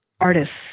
artists